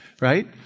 right